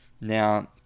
Now